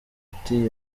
uti